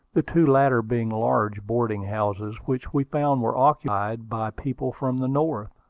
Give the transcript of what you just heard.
the two latter being large boarding-houses, which we found were occupied by people from the north.